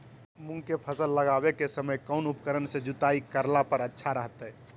मूंग के फसल लगावे के समय कौन उपकरण से जुताई करला पर अच्छा रहतय?